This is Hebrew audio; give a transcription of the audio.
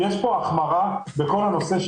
יש את הנקודה שגיא ציין עכשיו,